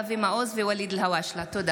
אבי מעוז וואליד אלהואשלה בנושא: תוכנית